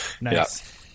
nice